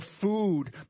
food